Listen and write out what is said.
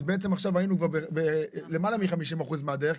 אז בעצם עכשיו היינו למעלה מ-50% מהדרך,